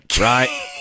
right